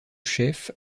chefs